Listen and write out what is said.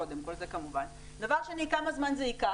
קודם כול, זה כמובן, דבר שני, כמה זמן זה ייקח?